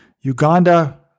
Uganda